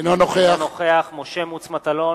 אינו נוכח משה מטלון,